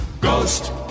Ghost